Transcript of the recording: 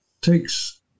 takes